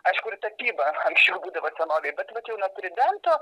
aišku ir tapyba anksčiau būdavo senovėj bet vat jau nuo pridento